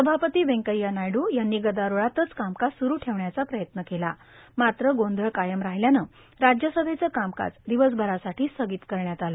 सभापती व्यंकय्या नायड्र यांनी गदारोळातच कामकाज सुरु ठेवण्याचा प्रयत्न केला मात्र गोंधळ कायम राहिल्यानं राज्यसभेचं कामकाज दिवसभरासाठी स्थगित करण्यात आलं